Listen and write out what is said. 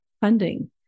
funding